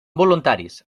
voluntaris